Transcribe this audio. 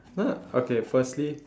ya okay firstly